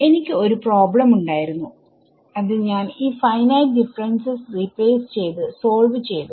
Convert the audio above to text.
എനിക്ക് ഒരു പ്രോബ്ലം ഉണ്ടായിരുന്നു അത് ഞാൻ ഈ ഫൈനൈറ്റ് ഡിഫറെൻസസ് റീപ്ലേസ് ചെയ്ത് സോൾവ് ചെയ്തു